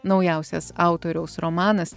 naujausias autoriaus romanas